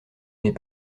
n’est